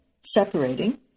separating